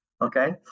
okay